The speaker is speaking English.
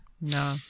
No